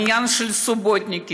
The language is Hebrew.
את העניין של הסוּבוֹתניקים.